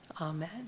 amen